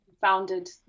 founded